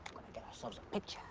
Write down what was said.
get ourselves a